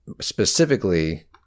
specifically